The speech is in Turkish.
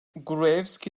gruevski